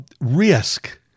risk